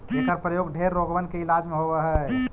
एकर प्रयोग ढेर रोगबन के इलाज में होब हई